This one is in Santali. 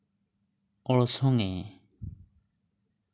ᱚᱲᱥᱚᱝ ᱮ